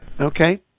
Okay